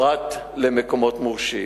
פרט למקומות מורשים.